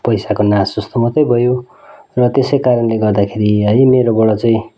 पैसाको नाश जस्तो मात्रै भयो र त्यसैकारणले गर्दाखेरि है मेरोबाट चाहिँ